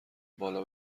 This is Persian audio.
بالا